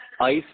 ICE